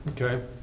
Okay